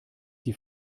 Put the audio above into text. die